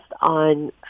on